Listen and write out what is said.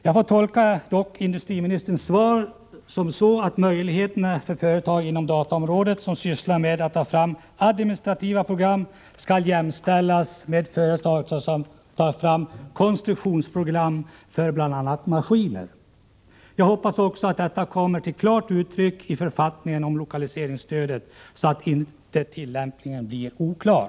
Jag får dock tolka industriministerns svar så, att företag inom dataområdet som sysslar med att ta fram administrativa program skall jämställas med företag som tar fram konstruktionsprogram för bl.a. maskiner. Jag hoppas också att detta kommer till klart uttryck i författningen om lokaliseringsstödet, så att tillämpningen inte blir oklar.